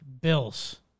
Bills